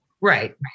Right